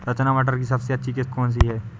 रचना मटर की सबसे अच्छी किश्त कौन सी है?